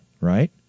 right